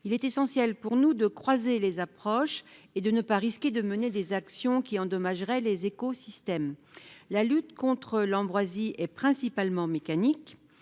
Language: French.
il est essentiel, selon nous, de croiser les approches et de ne pas risquer de mener des actions qui endommageraient les écosystèmes. La lutte contre l'ambroisie est principalement mécanique,